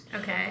okay